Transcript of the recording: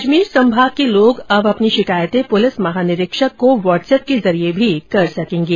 अजमेर संभाग के लोग अब अपनी शिकायतें पुलिस महानिरीक्षक को व्हाट्सएप के जरिए भी कर सकेंगे